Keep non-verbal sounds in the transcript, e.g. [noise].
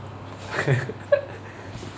[laughs]